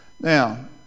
Now